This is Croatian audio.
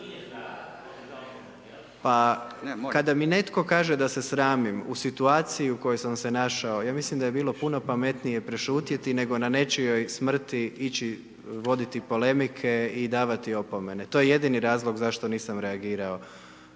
Pa, kada mi netko kaže da se sramim u situaciji u kojoj sam se našao, ja mislim da bi bilo pametnije prešutjeti nego na nečijoj smrti ići voditi polemike i davati opomene, to je jedini razlog zašto nisam reagirao,